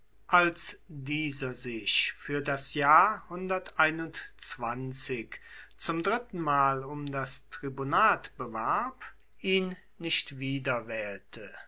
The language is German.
als dieser sich für das jahr zum drittenmal um das tribunat bewarb ihn nicht